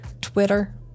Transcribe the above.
Twitter